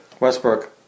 Westbrook